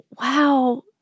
wow